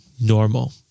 normal